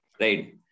right